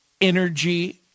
energy